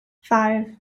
five